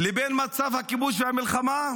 לבין המצב של הכיבוש והמלחמה?